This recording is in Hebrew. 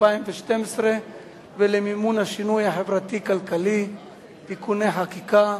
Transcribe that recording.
2012 ולמימון השינוי החברתי-כלכלי (תיקוני חקיקה)